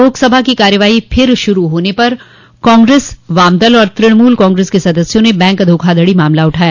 लोकसभा की कार्यवाही फिर शुरू होने पर कांग्रेस वामदल और तृणमूल कांग्रेस के सदस्यों ने बैंक धोखाधड़ी का मामला उठाया